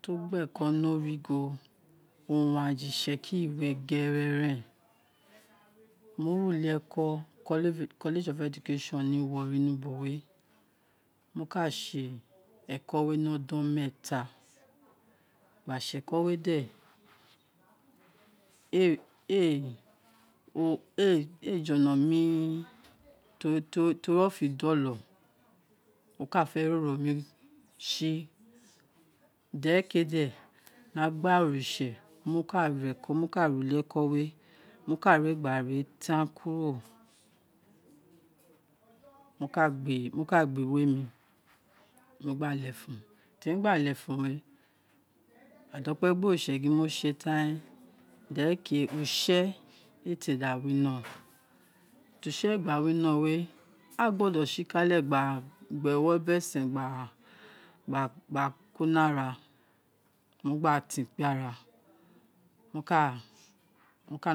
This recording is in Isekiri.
To gbẹ kọ aiorigho owun aja itsekiri wé gererere mo ré uli eko college of education ni warri ni ubo wé mo ka sé ekọ no odọn méèta gba sé ekọ wé de ee jolo mi to- to- tori ofo dolo oka roro mi si, dẹrekée de ni agbara oritse mo ka ré uli ako wé gba ré tan kuro mo ka gba iwe nu mo kaletun itémi gba lefuu we a da okpe gbe oritse gin mo se tán ren derékéé use éè té da wino ti use éè gba wino wé agbodo sikàle gba gba ẹwọ biri esẹ gba ko ni ara owun mo gbati kpi ara mo ka